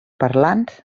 parlants